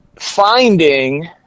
finding